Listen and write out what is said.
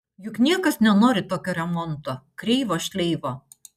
juk niekas nenori tokio remonto kreivo šleivo